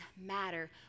matter